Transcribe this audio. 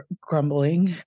grumbling